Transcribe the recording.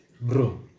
bro